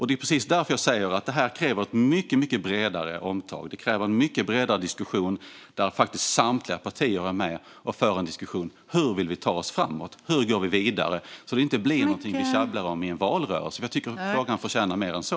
Det är precis därför jag säger att det här kräver ett mycket bredare omtag och en bredare diskussion där samtliga partier är med och diskuterar hur vi vill ta oss framåt och gå vidare. Det ska inte bli något vi käbblar om i en valrörelse. Jag tycker att frågan förtjänar mer än så.